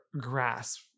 grasp